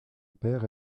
père